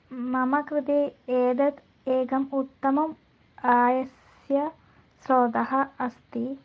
मम कृते एदत् एकम् उत्तमम् आयस्य स्रोतः अस्ति